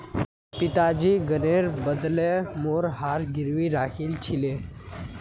पिताजी ऋनेर बदले मोर हार गिरवी राखिल छिले